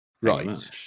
Right